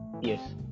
Yes